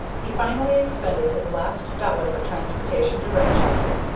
he finally expended his last dollar for transportation to red jacket,